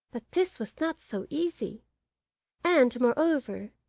but this was not so easy and, moreover,